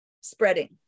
spreading